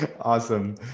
Awesome